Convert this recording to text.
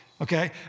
Okay